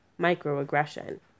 Microaggression